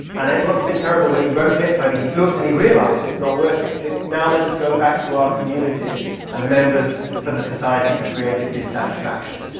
and it must've been terrible when he wrote it, but he looked and he realized it's not working. it's now let us go back to our communities as members for the society for creative dissatisfaction